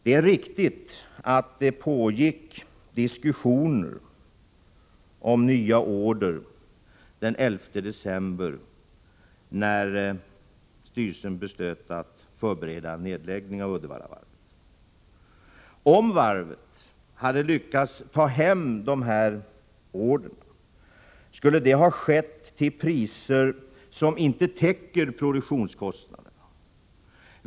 Det är riktigt att det pågick diskussioner om nya order den 11 december när styrelsen beslöt att förbereda en nedläggning av Uddevallavarvet. Om varvet hade lyckats att ta hem dessa order skulle det ha skett till priser som inte skulle ha täckt produktionskostnaderna.